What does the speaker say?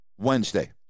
Wednesday